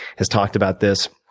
has talked about this.